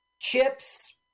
Chips